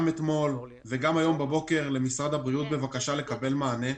גם אתמול וגם היום בבוקר למשרד הבריאות בבקשה לקבל מענה.